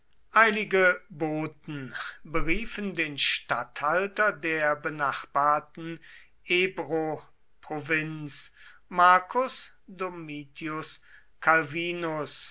boten beriefen den statthalter der benachbarten ebroprovinz marcus domitius calvinus